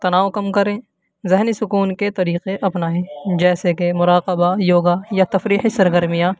تناؤ کم کریں ذہنی سکون کے طریقے اپنائیں جیسے کہ مراقبہ یوگا یا تفریحی سرگرمیاں